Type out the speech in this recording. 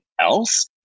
else